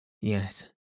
Yes